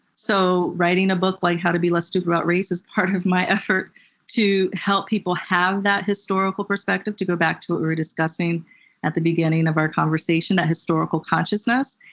so writing a book like how to be less stupid about race is part of my effort to help people have that historical perspective, to go back to what we're discussing at the beginning of our conversation, that historical consciousness.